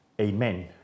Amen